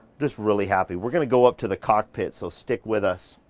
just really happy. we're gonna go up to the cockpit. so stick with us,